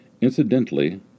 Incidentally